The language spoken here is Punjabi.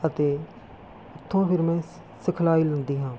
ਅਤੇ ਉੱਥੋਂ ਫਿਰ ਮੈਂ ਸਿ ਸਿਖਲਾਈ ਲੈਂਦੀ ਹਾਂ